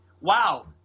Wow